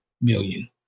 million